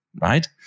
right